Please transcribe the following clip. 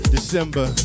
December